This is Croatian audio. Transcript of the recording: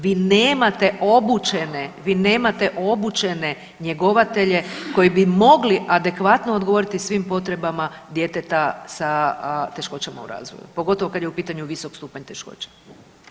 Vi nemate obučene, vi nemate obučene njegovatelje koji bi mogli adekvatno odgovoriti svim potrebama djeteta sa teškoćama u razvoju pogotovo kad je u pitanju visok stupanj teškoća.